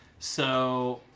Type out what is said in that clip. so